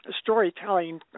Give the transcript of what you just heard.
storytelling